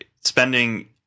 spending